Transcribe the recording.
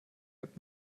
app